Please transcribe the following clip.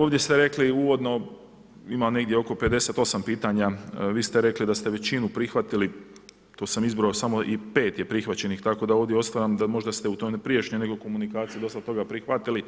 Ovdje ste rekli uvodno ima negdje oko 58 pitanja, vi ste rekli da ste većinu prihvatili, tu sam izbrojao samo 5 je prihvaćenih, tako da ovdje usvajam da možda ste u toj prijašnjoj nekoj komunikaciji dosta toga prihvatili,